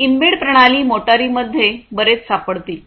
embed प्रणाली मोटारींमध्ये बरेच सापडतील